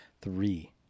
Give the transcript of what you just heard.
Three